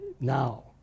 Now